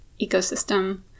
ecosystem